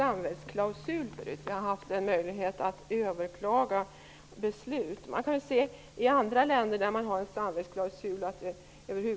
Herr talman! Vi har inte haft en samvetsklausul förut. Vi har haft en möjlighet att överklaga beslut.